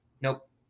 nope